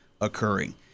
occurring